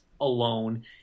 alone